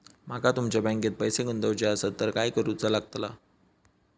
माका तुमच्या बँकेत पैसे गुंतवूचे आसत तर काय कारुचा लगतला?